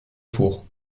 four